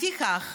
לפיכך,